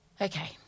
Okay